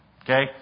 Okay